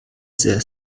sehr